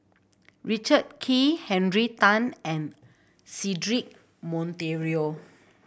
Richard Kee Henry Tan and Cedric Monteiro